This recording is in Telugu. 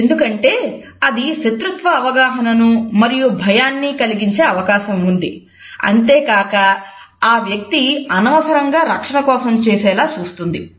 ఎందుకంటే అది శతృత్వ అవగాహనను మరియు భయాన్ని కలిగించే అవకాశం ఉంది అంతేకాక ఆ వ్యక్తిని అనవసరంగా రక్షణ కోసం చూసేలా చేస్తుంది